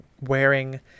wearing